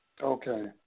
Okay